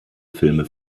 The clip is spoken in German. filme